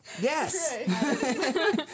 Yes